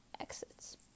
exits